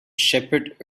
shepherd